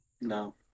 No